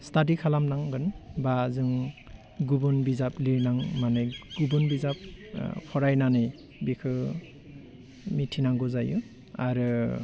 study खालामनांगोन बा जों गुबुन बिजाब लिरनाय माने गुबुन बिजाब फरायनानै बिखौ मिथिनांगौ जायो आरो